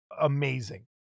Amazing